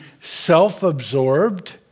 self-absorbed